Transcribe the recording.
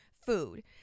food